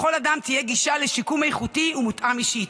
לכל אדם תהיה גישה לשיקום איכותי ומותאם אישית.